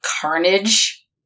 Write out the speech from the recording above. Carnage